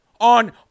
on